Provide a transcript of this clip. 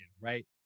right